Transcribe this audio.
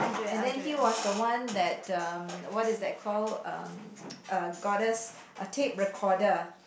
and then he was the one that the what it that called um got us a tape recorder